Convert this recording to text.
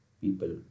people